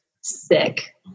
sick